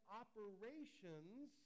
operations